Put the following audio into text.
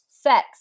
sex